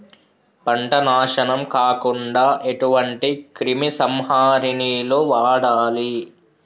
పంట నాశనం కాకుండా ఎటువంటి క్రిమి సంహారిణిలు వాడాలి?